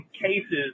cases –